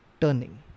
turning